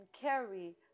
carry